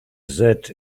that